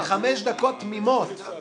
בחמש דקות תמימות, כן.